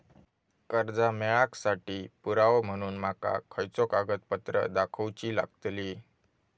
कर्जा मेळाक साठी पुरावो म्हणून माका खयचो कागदपत्र दाखवुची लागतली?